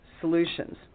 solutions